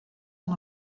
amb